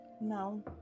No